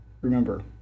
remember